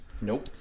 Nope